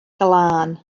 glân